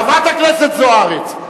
חברת הכנסת זוארץ,